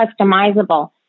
customizable